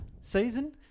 season